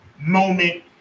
moment